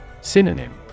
Synonym